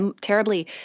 terribly